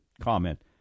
Comment